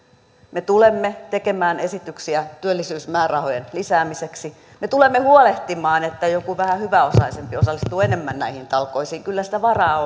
me tulemme tekemään esityksiä työllisyysmäärärahojen lisäämiseksi me tulemme huolehtimaan että joku vähän hyväosaisempi osallistuu enemmän näihin talkoisiin kyllä sitä varaa